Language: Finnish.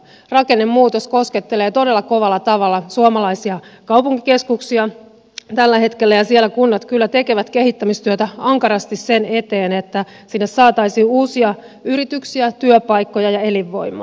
rakennemuutos koskettelee todella kovalla tavalla suomalaisia kaupunkikeskuksia tällä hetkellä ja siellä kunnat kyllä tekevät kehittämistyötä ankarasti sen eteen että sinne saataisiin uusia yrityksiä työpaikkoja ja elinvoimaa